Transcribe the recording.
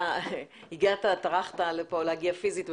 טרחת להגיע לכאן פיזית.